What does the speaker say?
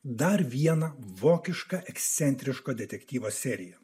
dar vieną vokišką ekscentriško detektyvo seriją